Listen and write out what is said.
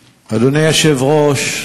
היושב-ראש,